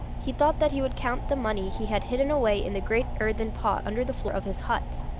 he thought that he would count the money he had hidden away in the great earthen pot under the floor of his hut.